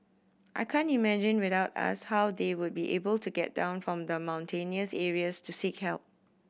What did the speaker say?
I can't imagine without us how they would be able to get down from the mountainous areas to seek help